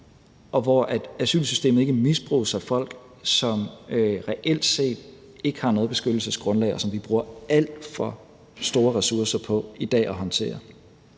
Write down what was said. og hvor asylsystemet ikke misbruges af folk, som reelt set ikke har noget beskyttelsesgrundlag, og som vi bruger alt for mange ressourcer på at håndtere